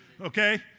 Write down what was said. Okay